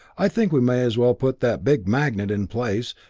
i think we may as well put that big magnet in place,